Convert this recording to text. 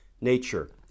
nature